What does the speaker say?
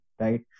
right